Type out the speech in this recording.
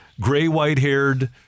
gray-white-haired